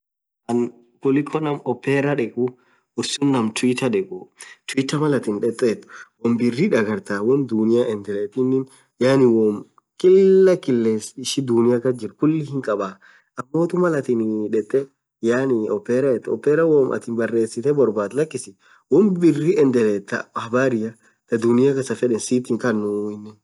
Ann kuliko Naam opera dhekhu ursun Naamm Twitter dhekhu Twitter Mal athin dhetheathu won birr dhagartha won dhunia endlethinen yaani wonn kilah qiles dhunia kasjir khuli hinkhabaa ammothu Mal atinin dhethee yaani Opera dhethe opera womm atiin baresithe borr bathuu lakis won birr eneleathu thaa habaria thaa dhunia kasfedhen sitt hinkhanuu dhub inin